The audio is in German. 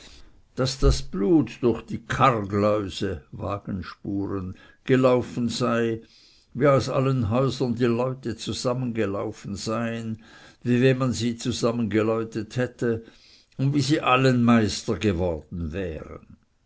daß das blut durch die karrgläuse gelaufen sei wie aus allen häusern die leute zusammengelaufen seien wie wenn man zusammengeläutet hätte und wie sie allen meister geworden wären